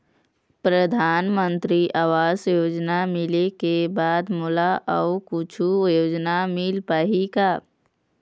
परधानमंतरी आवास योजना मिले के बाद मोला अऊ कुछू योजना हर मिल पाही का?